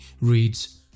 reads